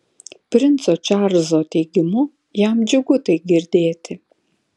princo čarlzo teigimu jam džiugu tai girdėti